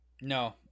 No